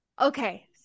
Okay